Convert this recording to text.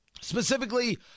specifically